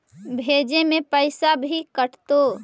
भेजे में पैसा भी कटतै?